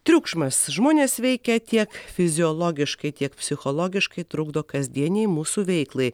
triukšmas žmones veikia tiek fiziologiškai tiek psichologiškai trukdo kasdienei mūsų veiklai